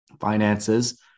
finances